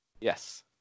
Yes